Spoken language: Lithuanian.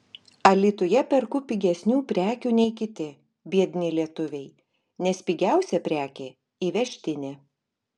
alytuje perku pigesnių prekių nei kiti biedni lietuviai nes pigiausia prekė įvežtinė